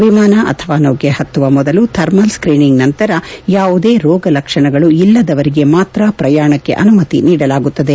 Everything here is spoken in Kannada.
ವಿಮಾನ ಅಥವಾ ನೌಕೆ ಹತ್ತುವ ಮೊದಲು ಥರ್ಮಲ್ ಸ್ತೀನಿಂಗ್ ನಂತರ ಯಾವುದೇ ರೋಗ ಲಕ್ಷಣಗಳಲ್ಲದವರಿಗೆ ಮಾತ್ರ ಪ್ರಯಾಣಕ್ಕೆ ಅನುಮತಿ ನೀಡಲಾಗುತ್ತದೆ